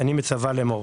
אני מצווה לאמור: